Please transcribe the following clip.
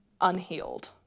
Unhealed